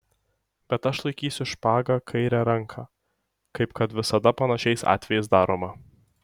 bet aš laikysiu špagą kaire ranka kaip kad visada panašiais atvejais daroma